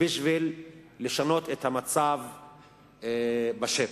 כדי לשנות את המצב בשטח.